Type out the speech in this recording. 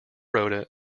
rota